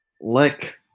Lick